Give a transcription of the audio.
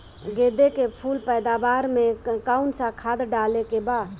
गेदे के फूल पैदवार मे काउन् सा खाद डाले के बा?